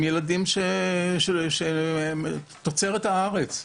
הם ילדים שהם תוצרת הארץ,